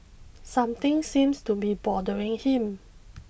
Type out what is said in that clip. something seems to be bothering him